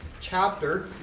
chapter